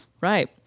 right